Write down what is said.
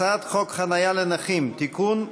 הצעת חוק חניה לנכים (תיקון,